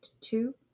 two